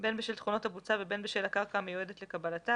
בין בשל תכונות הבוצה ובין בשל הקרקע המיועדת לקבלתה,